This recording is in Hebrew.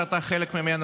שאתה חלק ממנה,